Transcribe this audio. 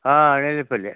ആ അണയിലെ പല്ല്